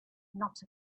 not